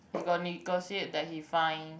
you got negotiate that he find